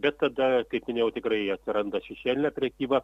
bet tada kaip minėjau tikrai atsiranda šešėlinė prekyba